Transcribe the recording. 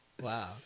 Wow